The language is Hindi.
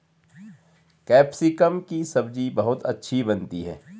कैप्सिकम की सब्जी बहुत अच्छी बनती है